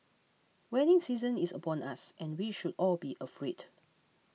wedding season is upon us and we should all be afraid